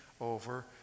over